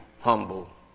humble